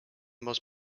most